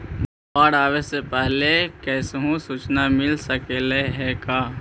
बाढ़ आवे से पहले कैसहु सुचना मिल सकले हे का?